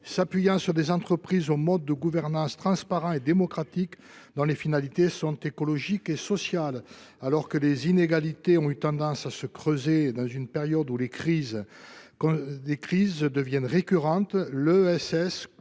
s’appuyant sur des entreprises au mode de gouvernance transparent et démocratique, dont les finalités sont écologiques et sociales. Alors que les inégalités ont eu tendance à se creuser dans une période où les crises deviennent récurrentes, l’ESS constitue